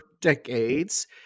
decades